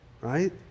right